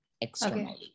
externally